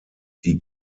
die